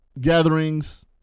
gatherings